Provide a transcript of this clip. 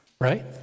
right